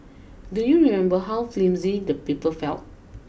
do you remember how flimsy the paper felt